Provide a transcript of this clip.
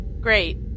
Great